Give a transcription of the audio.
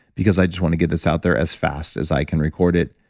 because i just want to get this out there as fast as i can record it,